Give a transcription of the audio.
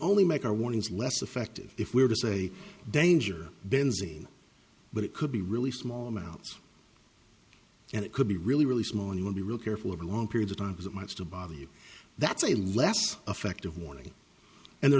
only make our warnings less effective if we were to say danger benzene but it could be really small amounts and it could be really really small and would be real careful over long periods of time that much to bother you that's a less effective warning and there